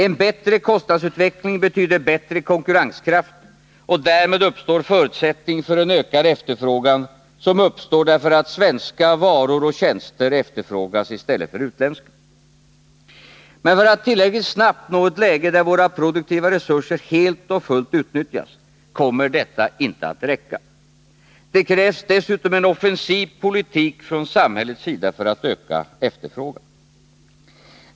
En bättre kostnadsutveckling betyder bättre konkurrenskraft, och därmed finns förutsättning för en ökad efterfrågan — den uppstår därför att svenska varor och tjänster efterfrågas i stället för utländska. Men för att tillräckligt snabbt nå ett läge där våra produktiva resurser helt och fullt utnyttjas, kommer detta inte att räcka. Det krävs dessutom en offensiv politik från samhällets sida för att öka efterfrågan.